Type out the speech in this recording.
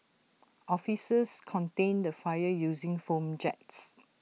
officers contained the fire using foam jets